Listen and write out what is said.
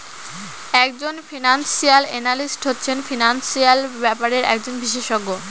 এক জন financial analyst হচ্ছে ফিনান্সিয়াল ব্যাপারের একজন বিশষজ্ঞ